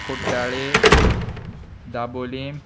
कुट्टाळे Dabolim